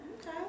Okay